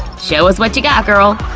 show us what you got, girl!